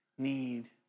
Need